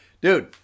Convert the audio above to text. dude